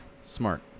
Smart